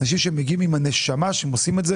אנשים שמגיעים עם הנשמה והם עושים את זה